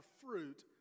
fruit